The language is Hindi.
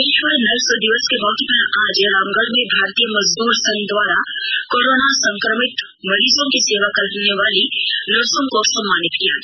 विश्व नर्स दिवस के मौके पर आज रामगढ़ में भारतीय मजदूर संघ द्वारा कोरोना संक्रमित मरीजों की सेवा करनेवाली नर्सों को सम्मानित किया गया